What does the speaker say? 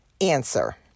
Answer